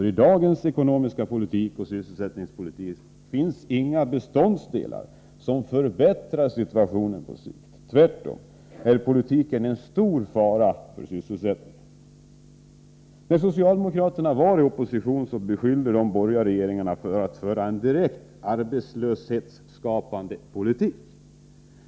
I dagens ekonomiska politik och sysselsättningspolitik finns nämligen inga beståndsdelar som förbättrar situationen på sikt. Tvärtom utgör politiken en stor fara för sysselsättningen. När socialdemokraterna befann sig i oppositionsställning beskyllde socialdemokraterna de borgerliga regeringarna för att föra en direkt arbetslöshetsskapande politik.